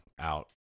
out